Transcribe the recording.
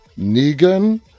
Negan